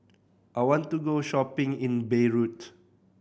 I want to go shopping in Beirut